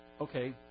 Okay